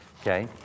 Okay